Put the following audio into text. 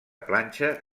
planxa